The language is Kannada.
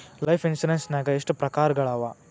ಲೈಫ್ ಇನ್ಸುರೆನ್ಸ್ ನ್ಯಾಗ ಎಷ್ಟ್ ಪ್ರಕಾರ್ಗಳವ?